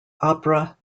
opera